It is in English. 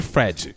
Fred